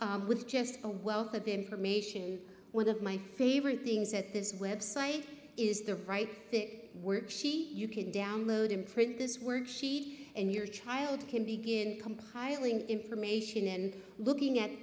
parents with just a wealth of information one of my favorite things at this website is the right fit work see you can download and print this worksheet and your child can begin compiling information and looking at